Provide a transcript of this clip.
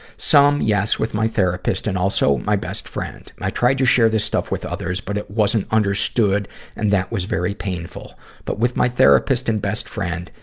some, yes, with my therapist and also my best friend. i tried to share this stuff with others, but it wasn't understood and that was very painful. but with my therapist and best friend,